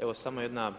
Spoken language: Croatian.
Evo samo jedna